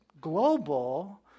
global